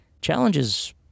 challenges